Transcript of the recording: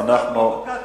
לא טעיתי,